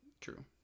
true